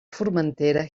formentera